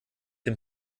dem